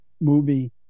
movie